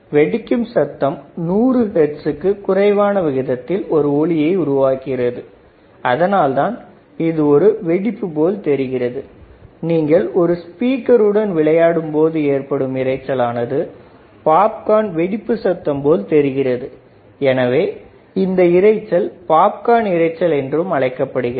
வெடிக்கும் சத்தம் 100 ஹெர்ட்ஸுக்குக் குறைவான விகிதத்தில் ஒரு ஒலியை உருவாக்குகிறது அதனால்தான் இது ஒரு வெடிப்பு போல் தெரிகிறது நீங்கள் ஒரு ஸ்பீக்கர் உடன் விளையாடும் பொழுது ஏற்படும் இரைச்சல் ஆனது பாப்கார்ன் வெடிப்பு சத்தம் போல் தெரிகிறது எனவே அதனால் இந்த இரைச்சல் பாப்கார்ன் இரைச்சல் என்றும் அழைக்கப்படுகிறது